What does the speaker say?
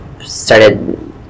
started